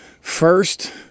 first